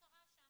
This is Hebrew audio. קרה שם.